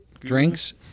drinks